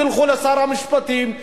תלכו לשר המשפטים,